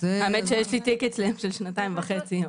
האמת שיש לי תיק אצלם של שנתיים וחצי,